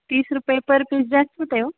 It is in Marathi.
तीस रुपये पर पीस जास्तीच आहे ओ